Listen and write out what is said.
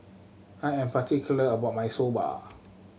I am particular about my Soba